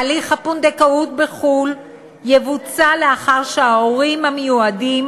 הליך הפונדקאות בחו"ל יבוצע לאחר שההורים המיועדים